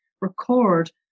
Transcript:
record